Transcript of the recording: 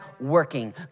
working